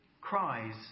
cries